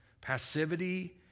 passivity